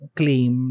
claim